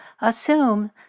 Assume